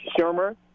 Shermer